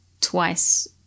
twice